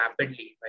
rapidly